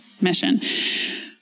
mission